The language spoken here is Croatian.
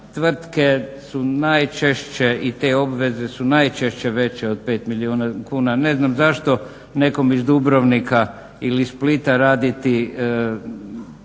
tvrtke su najčešće i te obveze su najčešće veće od 5 milijuna kuna. Ne znam zašto nekom iz Dubrovnika ili iz Splita raditi